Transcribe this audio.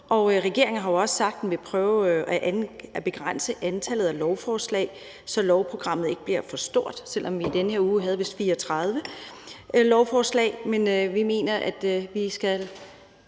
Regeringen har jo også sagt, at den vil prøve at begrænse antallet af lovforslag, så lovprogrammet ikke bliver for stort, selv om vi vist i den her uge havde 34 lovforslag. Vi mener, at vi skal